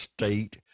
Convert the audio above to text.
State